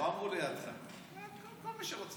לא אמרו, כל מי שרוצה.